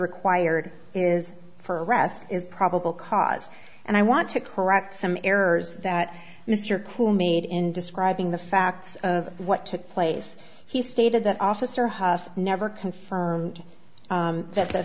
required is for arrest is probable cause and i want to correct some errors that mr coon made in describing the facts of what took place he stated that officer hough never confirmed that th